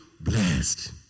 blessed